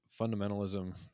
fundamentalism